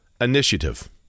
initiative